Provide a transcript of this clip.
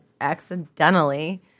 accidentally